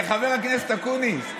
חבר הכנסת אקוניס,